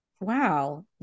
Wow